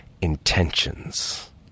intentions